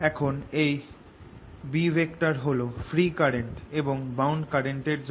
এখন এই B হল ফ্রি কারেন্ট এবং বাউন্ড কারেন্ট এর জন্য